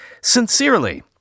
sincerely